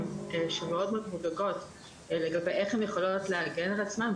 שמאוד מודאגות לגבי איך הן יכולות להגן על עצמן,